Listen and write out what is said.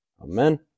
Amen